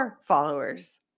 followers